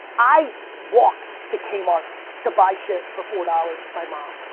i walked to kmart to buy shit for four dollars with my mom.